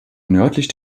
nördlich